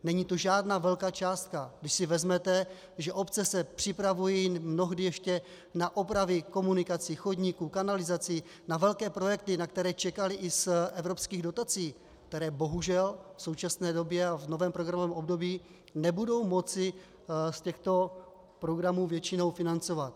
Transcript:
Není to žádná velká částka, když si vezmete, že obce se připravují mnohdy ještě na opravy komunikací, chodníků, kanalizací, na velké projekty, na které čekaly i z evropských dotací které bohužel v současné době a v novém programovém období nebudou moci z těchto programů většinou financovat.